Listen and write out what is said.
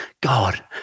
God